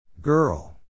Girl